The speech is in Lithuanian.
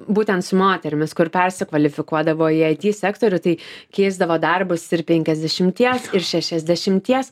būtent su moterimis kur persikvalifikuodavo į ai ty sektorių tai keisdavo darbus ir penkiasdešimties ir šešiasdešimties